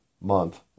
month